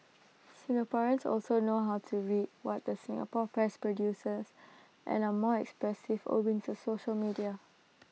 Singaporeans also know how to read what the Singapore press produces and are more expressive owing to social media